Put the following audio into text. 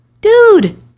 dude